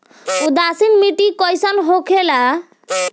उदासीन मिट्टी कईसन होखेला?